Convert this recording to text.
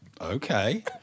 Okay